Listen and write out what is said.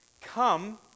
Come